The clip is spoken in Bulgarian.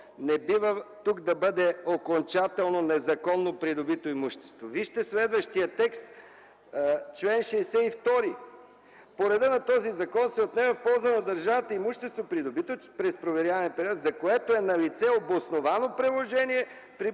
не бива тук да бъде окончателно „незаконно придобито имущество”. Вижте следващия текст – чл. 62: „По реда на този закон се отнема в полза на държавата имущество, придобито през проверявания период, за което е налице обосновано предположение,